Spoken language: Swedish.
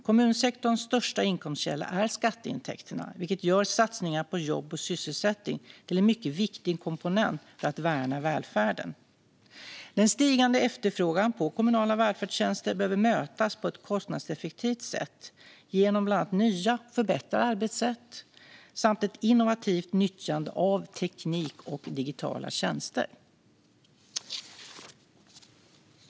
Kommunsektorns största inkomstkälla är skatteintäkterna, vilket gör satsningar på jobb och sysselsättning till en mycket viktig komponent för att värna välfärden. Den stigande efterfrågan på kommunala välfärdstjänster behöver mötas på ett kostnadseffektivt sätt genom bland annat nya och förbättrade arbetssätt samt ett innovativt nyttjande av teknik och digitala tjänster.